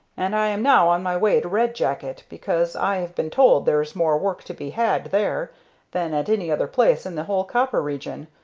and i am now on my way to red jacket because i have been told there is more work to be had there than at any other place in the whole copper region,